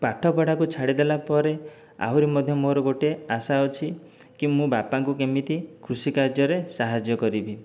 ପାଠ ପଢ଼ାକୁ ଛାଡ଼ି ଦେଲାପରେ ଆହୁରି ମଧ୍ୟ ମୋର ଗୋଟିଏ ଆଶା ଅଛିକି ମୁଁ ବାପାଙ୍କୁ କେମିତି କୃଷି କାଯ୍ୟକାର୍ଯ୍ୟରେ ସାହାଯ୍ୟ କରିବି